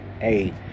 hey